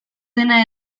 dena